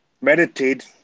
meditate